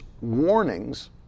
warnings